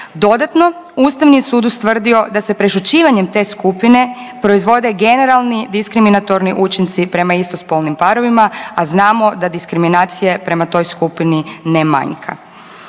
Dodatno, Ustavni sud ustvrdio da se prešućivanjem te skupine proizvode generalni, diskriminatorni učinci prema istospolnim parovima, a znamo da diskriminacije prema toj skupini ne manjka.